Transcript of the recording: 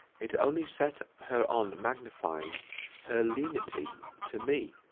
it only set her on magnifying her lenity to me,